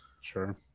Sure